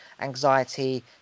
anxiety